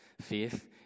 Faith